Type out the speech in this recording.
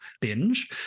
binge